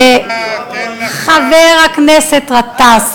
חבר הכנסת גטאס,